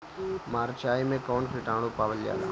मारचाई मे कौन किटानु पावल जाला?